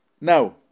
Now